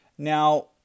Now